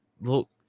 look